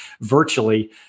virtually